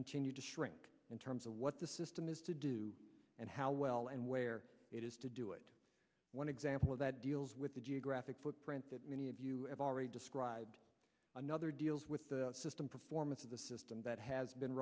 continued to shrink in terms of what the system is to do and how well and where it is to do it one example that deals with the geographic footprint that many of you have already described another deals with the system performance of the system that has been